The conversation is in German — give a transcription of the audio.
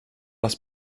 das